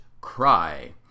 Cry